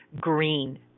green